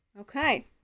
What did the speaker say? Okay